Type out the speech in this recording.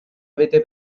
avete